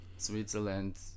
Switzerland